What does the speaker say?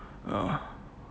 ah